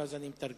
ואז אני מתרגם.